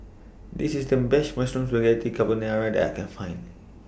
This IS The Best Mushroom Spaghetti Carbonara that I Can Find